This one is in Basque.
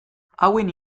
hauen